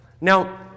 Now